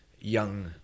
young